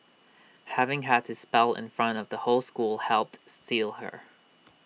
having had to spell in front of the whole school helped steel her